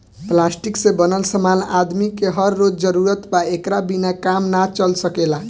plastic से बनल समान आदमी के हर रोज जरूरत बा एकरा बिना काम ना चल सकेला